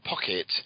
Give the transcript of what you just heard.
pocket